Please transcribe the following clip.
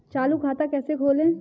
चालू खाता कैसे खोलें?